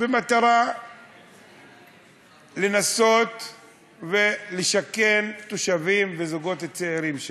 במטרה לנסות ולשכן תושבים וזוגות צעירים שם.